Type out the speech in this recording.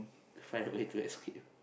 find a way to escape